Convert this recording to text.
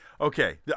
Okay